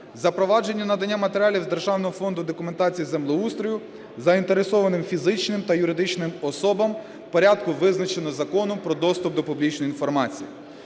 запровадження надання матеріалів з Державного фонду документації із землеустрою заінтересованим фізичним та юридичним особам у порядку, визначеного Законом "Про доступ до публічної інформації".